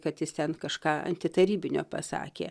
kad jis ten kažką antitarybinio pasakė